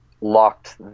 locked